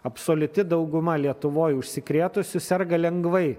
absoliuti dauguma lietuvoj užsikrėtusių serga lengvai